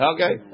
Okay